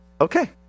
Okay